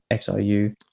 xiu